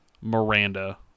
Miranda